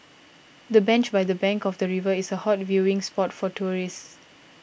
the bench by the bank of the river is a hot viewing spot for tourists